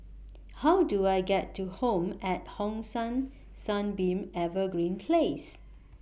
How Do I get to Home At Hong San Sunbeam Evergreen Place